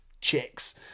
chicks